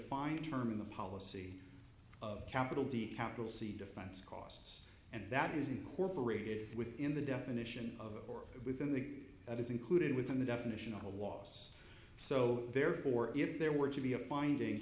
defined term in the policy of capital d capital c defense costs and that is incorporated within the definition of or within the it is included within the definition of a loss so therefore if there were to be a finding